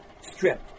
stripped